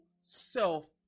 self